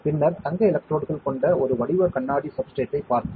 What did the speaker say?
பின்னர் தங்க எலக்ட்ரோட்கள் கொண்ட ஒரு வடிவ கண்ணாடி சப்ஸ்ட்ரேட்ப் பார்த்தோம்